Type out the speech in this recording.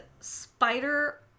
spider